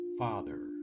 father